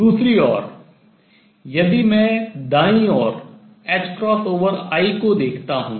दूसरी ओर यदि मैं दायीं ओर i को देखता हूँ